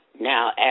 Now